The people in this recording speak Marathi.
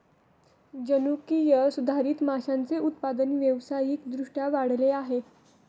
जनुकीय सुधारित माशांचे उत्पादन व्यावसायिक दृष्ट्या वाढले आहे